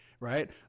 Right